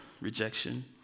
rejection